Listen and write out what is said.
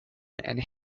and